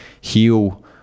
heal